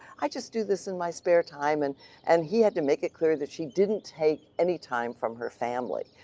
i just do this in my spare time and and he had to make it clear that she didn't take any time from her family.